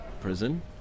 prison